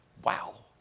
wow,